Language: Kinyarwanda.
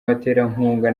baterankunga